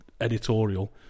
editorial